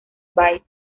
bytes